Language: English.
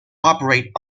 operate